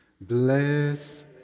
bless